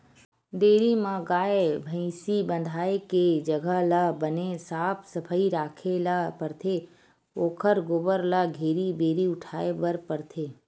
dairy म गाय, भइसी बंधाए के जघा ल बने साफ सफई राखे ल परथे ओखर गोबर ल घेरी भेरी उठाए बर परथे